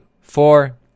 four